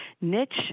niche